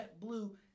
JetBlue